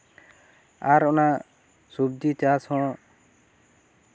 ᱟᱨ ᱚᱱᱟ ᱥᱚᱵᱡᱤ ᱪᱟᱥ ᱦᱚᱸ